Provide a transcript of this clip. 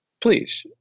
please